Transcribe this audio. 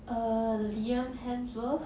err liam hemsworth